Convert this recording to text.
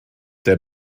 der